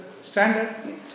standard